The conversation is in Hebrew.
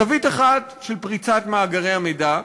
זווית אחת של פריצת מאגרי המידע.